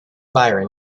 byron